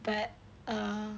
but err